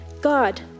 God